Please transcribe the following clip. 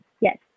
Yes